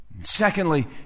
Secondly